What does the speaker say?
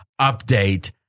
update